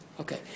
Okay